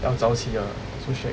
要早起 ah so shag